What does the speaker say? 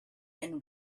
and